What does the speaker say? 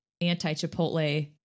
anti-Chipotle